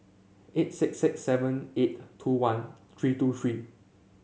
eight six six seven eight two one three two three